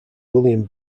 william